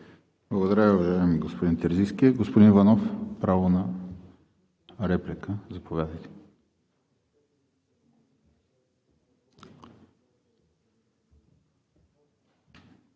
Благодаря Ви, господин Терзийски. Господин Иванов – право на реплика. Заповядайте.